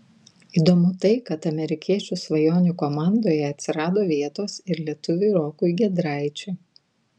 įdomu tai kad amerikiečio svajonių komandoje atsirado vietos ir lietuviui rokui giedraičiui